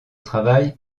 travail